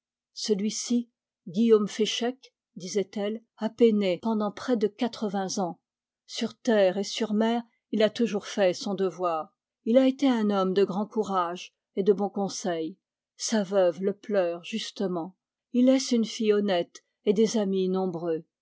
celui-ci guillaume féchec disait-elle a peiné pendant près de quatre-vingts ans sur terre et sur mer il a toujours fait son devoir il a été un homme de grand courage et de bon conseil sa veuve le pleure justement il laisse une fille honnête et des amis nombreux